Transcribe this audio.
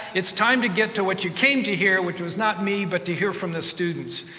it's time to get to what you came to hear, which was not me, but to hear from the students.